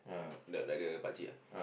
the like the Pakcik ah